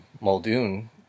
muldoon